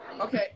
Okay